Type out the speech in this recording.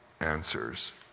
answers